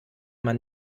man